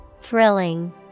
Thrilling